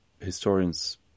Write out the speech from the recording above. historians